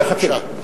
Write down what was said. בבקשה.